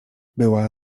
była